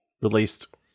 released